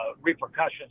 repercussions